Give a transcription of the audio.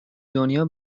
دنیا